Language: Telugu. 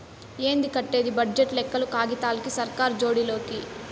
ఏంది కట్టేది బడ్జెట్ లెక్కలు కాగితాలకి, సర్కార్ జోడి లోకి